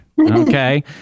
okay